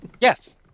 Yes